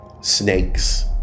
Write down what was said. snakes